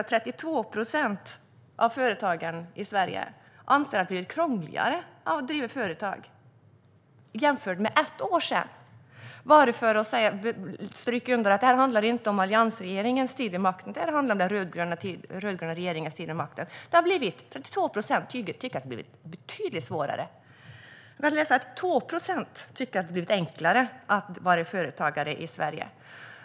32 procent av företagen i Sverige anser att det har blivit krångligare att driva företag i dag jämfört med för ett år sedan. Jag säger detta för att stryka under att det inte handlar om alliansregeringens tid vid makten, utan det handlar om den rödgröna regeringens tid vid makten. 32 procent tycker alltså att det har blivit betydligt svårare. Man kan också läsa att 2 procent tycker att det har blivit enklare att vara företagare i Sverige.